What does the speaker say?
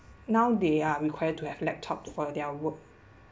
now they are required to have laptop for their work